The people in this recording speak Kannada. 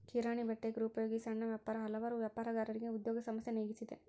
ಕಿರಾಣಿ ಬಟ್ಟೆ ಗೃಹೋಪಯೋಗಿ ಸಣ್ಣ ವ್ಯಾಪಾರ ಹಲವಾರು ವ್ಯಾಪಾರಗಾರರಿಗೆ ಉದ್ಯೋಗ ಸಮಸ್ಯೆ ನೀಗಿಸಿದೆ